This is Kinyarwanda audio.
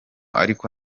ariko